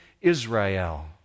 Israel